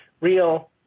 real